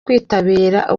kwitabira